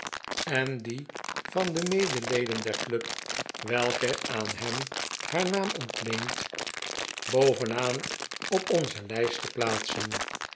en die van de medeleden der club welke aan hem haar naam ontleent boven aan op onze lijst te plaatsen